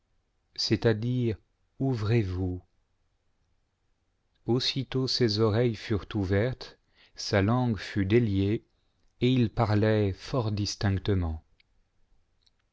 ouvrez-vous aussitôt ses oreilles furent ouvertes sa langue fut déliée et il parlait fort distinctement